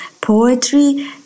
poetry